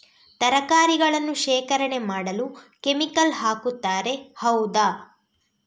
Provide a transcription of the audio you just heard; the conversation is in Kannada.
ತರಕಾರಿಗಳನ್ನು ಶೇಖರಣೆ ಮಾಡಲು ಕೆಮಿಕಲ್ ಹಾಕುತಾರೆ ಹೌದ?